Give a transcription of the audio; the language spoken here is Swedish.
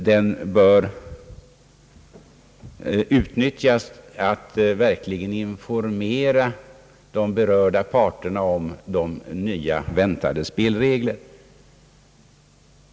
Denna tid bör utnyttjas till att verkligen informera de berörda parterna om de nya väntade spelreglerna.